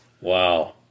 Wow